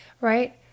right